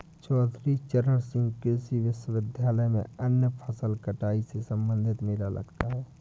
चौधरी चरण सिंह कृषि विश्वविद्यालय में अन्य फसल कटाई से संबंधित मेला लगता है